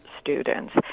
students